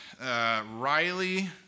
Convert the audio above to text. Riley